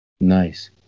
Nice